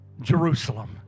Jerusalem